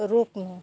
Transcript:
रोक्नु